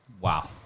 Wow